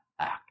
Act